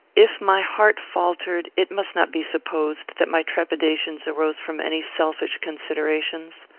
if my heart faltered, it must not be supposed that my trepidations arose from any selfish considerations.